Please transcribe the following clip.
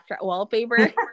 wallpaper